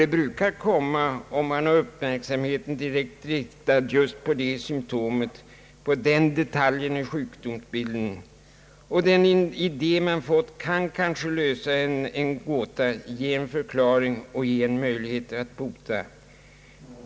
Det brukar komma sådana om man har uppmärksamheten direkt riktad på just det symtomet och just den detaljen i sjukdomsbilden, och den idé man har fått kan kanske lösa en gåta, ge en förklaring och ge en möjlighet att bota.